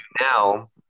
now